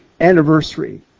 anniversary